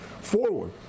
forward